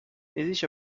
existe